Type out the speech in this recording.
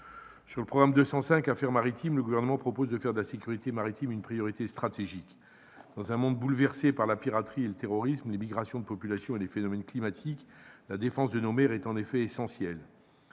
du programme 205 « Affaires maritimes », le Gouvernement propose de faire de la sécurité maritime une priorité stratégique. Dans un monde bouleversé par la piraterie, le terrorisme, les migrations de populations et les phénomènes climatiques, la défense de nos mers, en lien, évidemment, avec